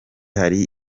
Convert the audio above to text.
hari